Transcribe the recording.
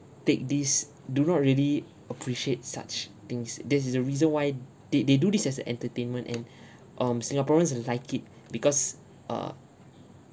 take these do not really appreciate such things this is the reason why they they do this as a entertainment and um singaporeans like it because uh